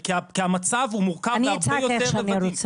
כי המצב הוא מורכב והרבה יותר --- אני אצעק איך שאני רוצה,